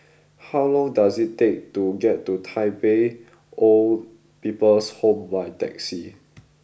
how long does it take to get to Tai Pei Old People's Home by taxi